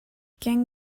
can